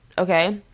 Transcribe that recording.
Okay